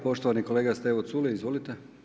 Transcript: Poštovani kolega Stevo Culej, izvolite.